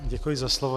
Děkuji za slovo.